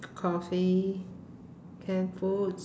coffee canned foods